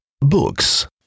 books